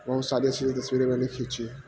بہت ساری اچھی سی تصویریں میں نے کھینچی ہیں